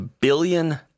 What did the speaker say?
billion